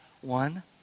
one